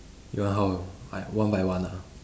you want how I one by one ah